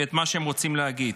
את מה שהם רוצים להגיד.